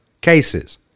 cases